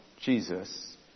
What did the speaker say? Jesus